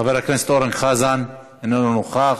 חבר הכנסת אורן חזן, איננו נוכח.